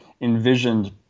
envisioned